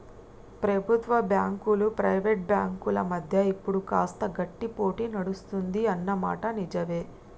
ప్రభుత్వ బ్యాంకులు ప్రైవేట్ బ్యాంకుల మధ్య ఇప్పుడు కాస్త గట్టి పోటీ నడుస్తుంది అన్న మాట నిజవే